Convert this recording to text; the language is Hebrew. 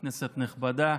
כנסת נכבדה,